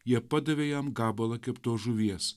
jie padavė jam gabalą keptos žuvies